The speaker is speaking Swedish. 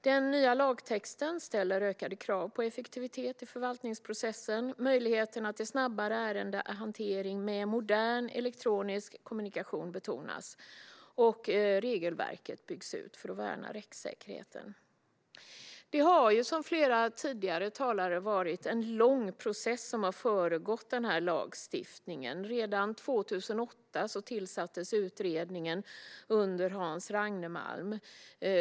Den nya lagtexten ställer ökade krav på effektivitet i förvaltningsprocessen. Möjligheterna till snabbare ärendehantering med modern elektronisk kommunikation betonas, och regelverket byggs ut för att värna rättssäkerheten. Som tidigare talare sagt är det en lång process som har föregått denna lagstiftning. Redan 2008 tillsattes utredningen under Hans Ragnemalm.